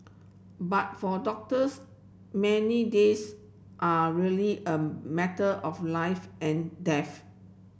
but for doctors many days are really a matter of life and death